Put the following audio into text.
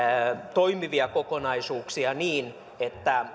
toimivia kokonaisuuksia niin että